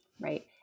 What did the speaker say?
Right